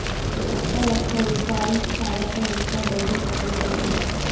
ಹತ್ತ ಲಕ್ಷ ರೂಪಾಯಿ ಸಾಲಕ್ಕ ಎಷ್ಟ ಬಡ್ಡಿ ಕಟ್ಟಬೇಕಾಗತದ?